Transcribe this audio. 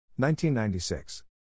1996